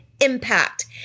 impact